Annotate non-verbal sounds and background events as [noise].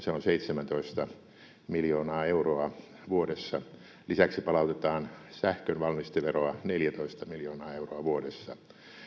[unintelligible] se on seitsemäntoista miljoonaa euroa vuodessa lisäksi palautetaan sähkön valmisteveroa neljätoista miljoonaa euroa vuodessa